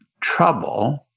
trouble